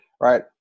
Right